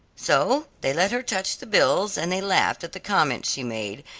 so they let her touch the bills, and they laughed at the comments she made,